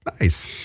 nice